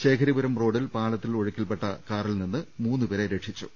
ശേഖരിപുരം റോഡിൽ പാലത്തിൽ ഒഴുക്കിൽപെട്ട കാറിൽനിന്ന് മൂന്നുപേരെ രക്ഷിച്ചു